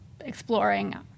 exploring